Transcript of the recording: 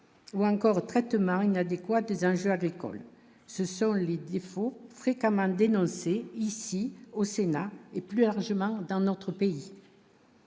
ou encore traitement inadéquat des injures agricole, ce sont les défauts fréquemment dénoncés ici au Sénat, et plus largement dans notre pays.